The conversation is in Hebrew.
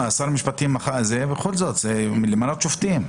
זה למנות שופטים.